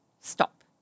stop